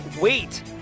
wait